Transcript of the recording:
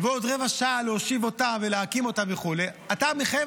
ועוד רבע שעה להושיב ולהקים אותם וכו' אתה מחייב